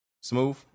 Smooth